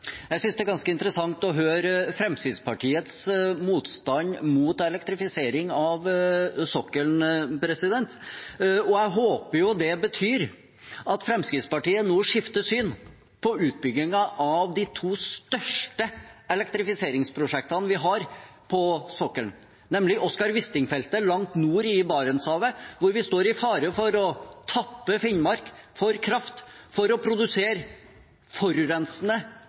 Jeg synes det er ganske interessant å høre Fremskrittspartiets motstand mot elektrifisering av sokkelen. Jeg håper jo det betyr at Fremskrittspartiet nå skifter syn på utbyggingen av de to største elektrifiseringsprosjektene vi har på sokkelen, nemlig Oscar Wisting-feltet langt nord i Barentshavet, hvor vi står i fare for å tappe Finnmark for kraft for å produsere forurensende